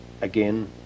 Again